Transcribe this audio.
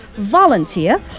volunteer